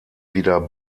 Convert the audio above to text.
wieder